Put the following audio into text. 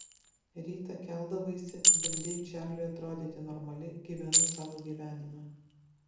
rytą keldavaisi bandei čarliui atrodyti normali gyvenai savo gyvenimą